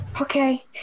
Okay